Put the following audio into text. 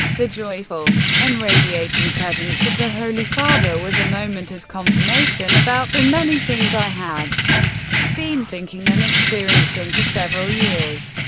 the joyful and radiating presence of the holy father was a moment of confirmation about the many things i had been thinking and experiencing for several years.